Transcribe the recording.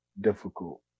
difficult